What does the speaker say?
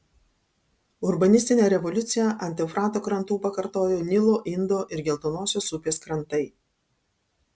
urbanistinę revoliuciją ant eufrato krantų pakartojo nilo indo ir geltonosios upės krantai